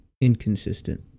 inconsistent